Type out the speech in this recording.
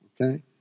Okay